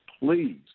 please